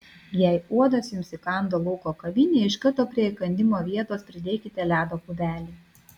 jei uodas jums įkando lauko kavinėje iš karto prie įkandimo vietos pridėkite ledo kubelį